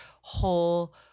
whole